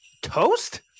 toast